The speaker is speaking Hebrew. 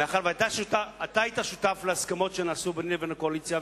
מאחר שאתה היית שותף להסכמות שנעשו ביני לבין הקואליציה.